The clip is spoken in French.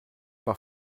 par